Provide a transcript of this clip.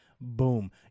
Boom